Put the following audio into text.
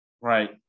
Right